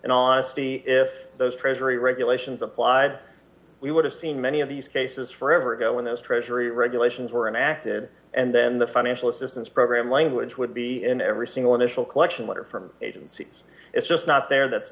and honesty if those treasury regulations applied we would have seen many of these cases forever ago when those treasury regulations were enacted and then the financial assistance program language would be in every single initial collection letter from agencies it's just not there that's